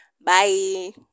Bye